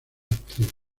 actriz